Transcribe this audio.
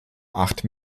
acht